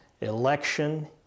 Election